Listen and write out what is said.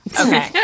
okay